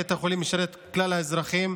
בית החולים משרת את כלל האזרחים,